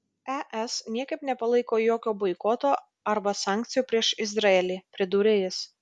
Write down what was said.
es niekaip nepalaiko jokio boikoto arba sankcijų prieš izraelį pridūrė jis